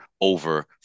over